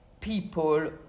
people